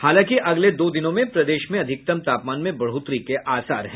हालांकि अगले दो दिनों में प्रदेश में अधिकतम तापमान में बढ़ोतरी के आसार हैं